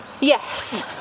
Yes